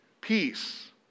Peace